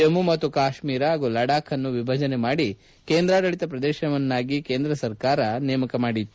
ಜಮ್ನು ಮತ್ತು ಕಾಶ್ಲೀರ ಹಾಗೂ ಲಡಾಬ್ ಅನ್ನು ವಿಭಜನೆ ಮಾಡಿ ಕೇಂದ್ರಾಡಳಿತ ಪ್ರದೇಶವನ್ನಾಗಿ ಕೇಂದ್ರ ನೇಮಕ ಮಾಡಿತ್ತು